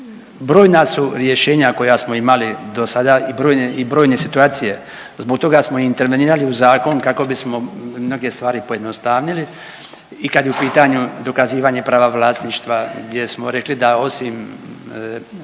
Brojna su rješenja koja smo imali dosada i brojne situacije, zbog toga smo i intervenirali u zakon kako bismo mnoge stvari pojednostavili i kad je u pitanju dokazivanje prava vlasništva gdje smo rekli da osim